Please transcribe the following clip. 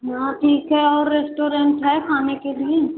यहाँ ठीक है और रेस्टोरेंट है खाने के लिए